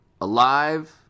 alive